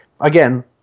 again